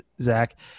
Zach